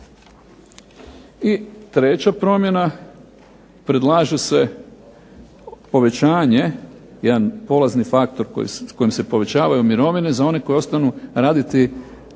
I treća promjena, predlaže se povećanje, jedan polazni faktor s kojim se povećavaju mirovine za one koji ostaju raditi